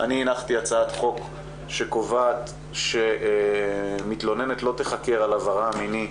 אני הנחתי הצעת חוק שקובעת שמתלוננת לא תיחקר על עברה המיני,